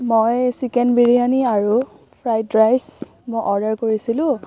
মই চিকেন বিৰিয়ানী আৰু fried rice মই অৰ্ডাৰ কৰিছিলোঁ